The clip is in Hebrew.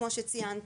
כמו שציינתי.